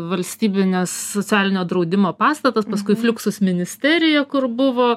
valstybinio socialinio draudimo pastatas paskui fluxus ministerija kur buvo